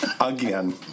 again